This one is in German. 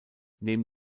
neben